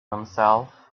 himself